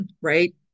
right